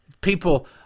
People